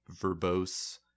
verbose